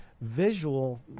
visual